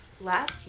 Last